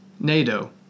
NATO